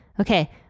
Okay